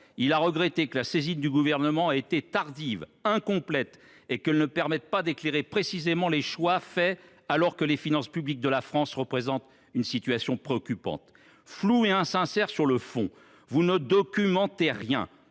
a regretté que sa saisine ait été tardive, incomplète et qu’elle ne permette pas d’éclairer précisément les choix faits, alors que les finances publiques de la France sont dans une situation préoccupante. Ce document est flou et insincère sur le fond. Vous ne documentez rien,